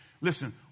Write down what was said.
listen